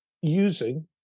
using